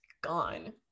gone